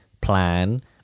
plan